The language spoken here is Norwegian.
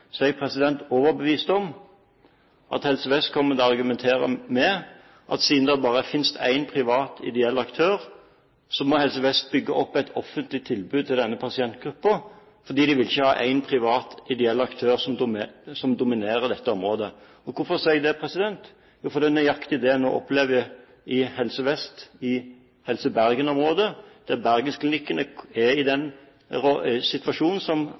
er jeg overbevist om at Helse Vest kommer til å argumentere med at siden det bare finnes én privat ideell aktør, må Helse Vest bygge opp et offentlig tilbud til denne pasientgruppen, fordi de ikke vil ha én privat ideell aktør som dominerer dette området. Og hvorfor sier jeg det? Jo, fordi det er nøyaktig det en nå opplever i Helse Vest i Helse Bergen-området, der Bergensklinikkene er i den situasjonen som